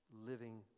living